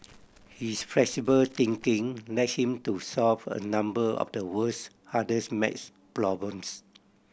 his flexible thinking led him to solve a number of the world's hardest maths problems